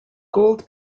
gold